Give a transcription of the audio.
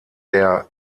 der